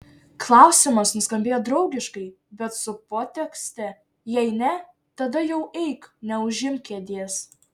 klausimas nuskambėjo draugiškai bet su potekste jei ne tada jau eik neužimk kėdės